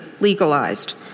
legalized